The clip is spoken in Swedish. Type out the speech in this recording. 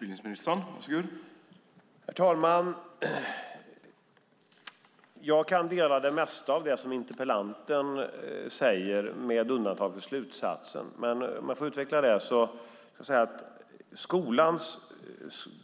Herr talman! Jag delar det mesta av det som interpellanten säger, med undantag för slutsatsen.